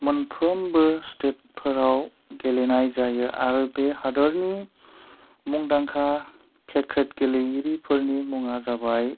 मोनफ्रोमबो स्टेटफोराव गेलेनाय जायो आरो बे हादरनि मुंदांखा क्रिकेट गेलेगिरि फोरनि मुङा जाबाय